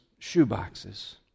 shoeboxes